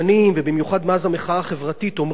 אומרים שכשהממשלה רוצה,